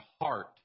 heart